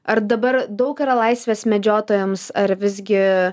ar dabar daug yra laisvės medžiotojams ar visgi